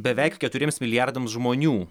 beveik keturiems milijardams žmonių